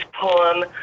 Poem